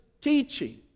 teaching